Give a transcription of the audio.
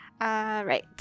Right